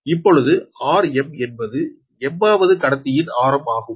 இப்பொழுது r m என்பது m வது கடத்தியின் ஆரம் ஆகும்